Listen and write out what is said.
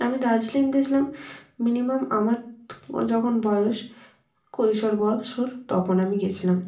আমি দার্জিলিং গেছিলাম মিনিমাম আমার যখন বয়স কৈশোর বৎসর তখন আমি গেছিলাম